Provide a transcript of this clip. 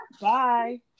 Bye